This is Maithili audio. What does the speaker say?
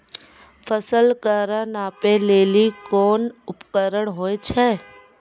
फसल कऽ नापै लेली कोन उपकरण होय छै?